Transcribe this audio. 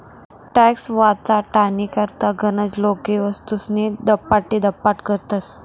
tax वाचाडानी करता गनच लोके वस्तूस्नी दपाडीदपाड करतस